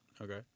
Okay